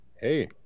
hey